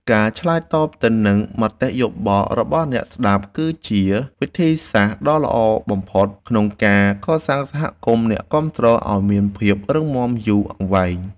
ការឆ្លើយតបទៅនឹងមតិយោបល់របស់អ្នកស្តាប់គឺជាវិធីសាស្ត្រដ៏ល្អបំផុតក្នុងការកសាងសហគមន៍អ្នកគាំទ្រឱ្យមានភាពរឹងមាំយូរអង្វែង។